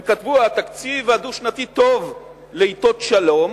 הם כתבו: התקציב הדו-שנתי טוב לעתות שלום,